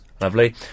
Lovely